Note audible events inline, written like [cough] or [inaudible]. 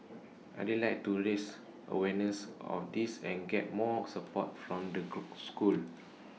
I'd like to raise awareness of this and get more support from the [unintelligible] schools